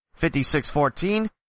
56-14